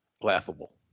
laughable